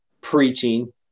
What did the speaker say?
preaching